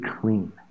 clean